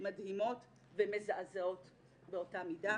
מדהימות ומזעזעות באותה מידה.